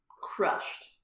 Crushed